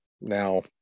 now